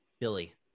Billy